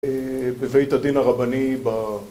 בבית הדין הרבני בקהילה.